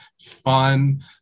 fun